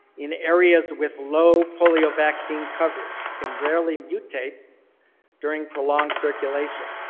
in areas with low polio vaccine coverage can rarely mutate during prolonged circulation.